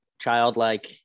childlike